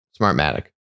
Smartmatic